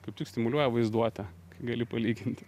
kaip tik stimuliuoja vaizduotę kai gali palyginti